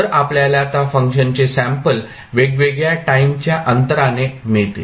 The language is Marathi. तर आपल्याला त्या फंक्शनचे सॅम्पल वेगवेगळ्या टाईमच्या अंतराने मिळतील